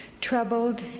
Troubled